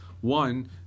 one